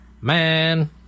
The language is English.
man